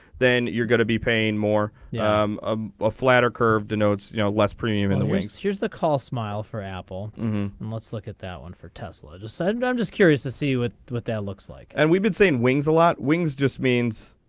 then you're going to be paying more well yeah um um ah flatter curve denotes you know less premium premium in the wings here's the call smile for apple and let's look at that one for tesla decided but i'm just curious to see with what that looks like and we've been saying wings a lot wings just means.